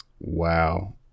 Wow